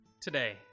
Today